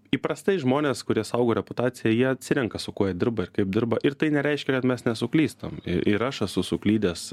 įprastai žmonės kurie saugo reputaciją jie atsirenka su kuo jie dirba ir kaip dirba ir tai nereiškia kad mes nesuklystam ir aš esu suklydęs